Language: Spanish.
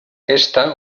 ésta